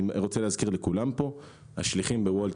אני רוצה להזכיר לכולם שהשליחים ב-וולט,